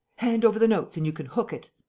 hand over the notes and you can hook it!